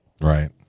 Right